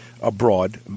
abroad